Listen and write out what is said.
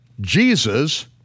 Jesus